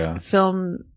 film